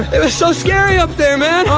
it was so scary up there, man. oh,